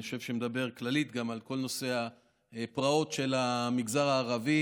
אני חושב שהוא מדבר כללית גם על כל נושא הפרעות של המגזר הערבי,